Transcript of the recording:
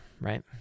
right